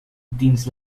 dins